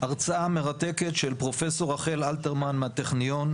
הרצאה מרתקת של פרופסור רחל אלתרמן מהטכניון,